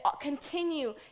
continue